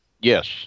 Yes